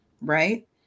right